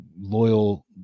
loyal